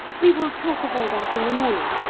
we will talk of all that in the morning,